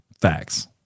facts